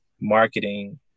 marketing